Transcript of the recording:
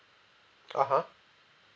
(uh huh)